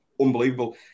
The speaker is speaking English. unbelievable